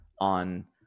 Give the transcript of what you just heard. on